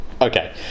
Okay